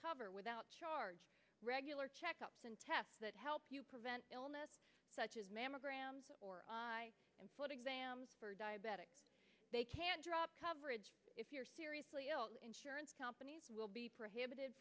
cover without charge regular checkups and tests that help you prevent illness such as mammograms and foot exams for diabetics they can't drop coverage if you're seriously ill the insurance companies will be prohibited